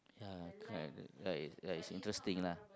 yeah kinda like like it's interesting lah